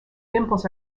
dimples